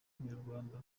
umunyarwanda